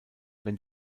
wenn